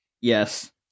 Yes